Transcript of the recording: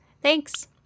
thanks